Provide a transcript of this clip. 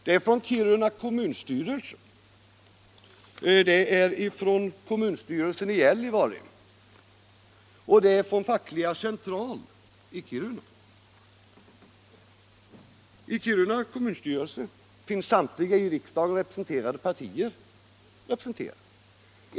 De är från Kiruna kommunstyrelse, från kommunstyrelsen i Gällivare och från Fackliga central i Kiruna. I Kiruna kommunstyrelse finns samtliga i riksdagen företrädda partier representerade.